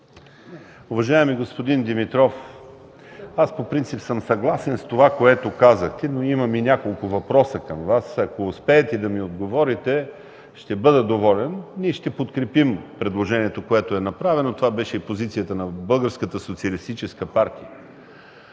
Уважаеми господин Димитров, по принцип съм съгласен с това, което казахте, но имаме няколко въпроса към Вас. Ако успеете да ми отговорите, ще бъда доволен. Ние ще подкрепим направеното предложение. Това беше и позицията на